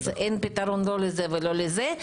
אז אין פתרון לא לזה ולא לזה.